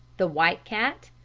the white cat,